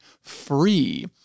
free